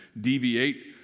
deviate